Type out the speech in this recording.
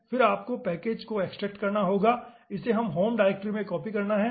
और फिर आपको पैकेज को एक्सट्रेक्ट करना होगा और इसे होम डायरेक्टरी में कॉपी करना होगा